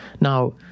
Now